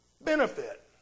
benefit